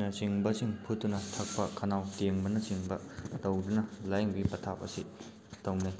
ꯅꯆꯤꯡꯕꯁꯤꯡ ꯐꯨꯠꯇꯨꯅ ꯊꯛꯄ ꯈꯅꯥꯎ ꯇꯦꯡꯕꯅꯆꯤꯡꯕ ꯇꯧꯗꯨꯅ ꯂꯥꯏꯌꯦꯡꯕꯒꯤ ꯄꯊꯥꯞ ꯑꯁꯤ ꯇꯧꯅꯩ